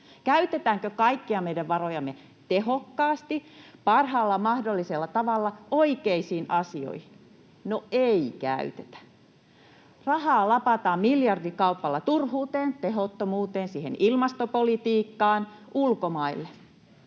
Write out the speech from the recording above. Käytetäänkö kaikkia meidän varojamme tehokkaasti, parhaalla mahdollisella tavalla, oikeisiin asioihin? No, ei käytetä. Rahaa lapataan miljardikaupalla turhuuteen, tehottomuuteen, siihen ilmastopolitiikkaan, ulkomaille.